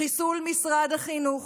חיסול משרד החינוך,